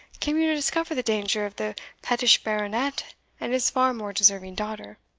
came you to discover the danger of the pettish baronet and his far more deserving daughter?